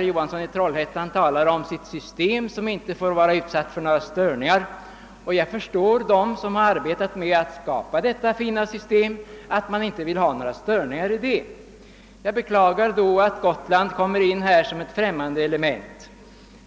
Johansson i Trollhättan talar om sitt system som inte får vara utsatt för några störningar. Jag förstår att de som arbetat med att skapa detta nya system inte vill ha några störningar i det. Jag beklagar emellertid då att Gotland kommer in som ett främmande element.